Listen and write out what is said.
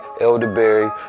elderberry